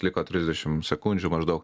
liko trisdešim sekundžių maždaug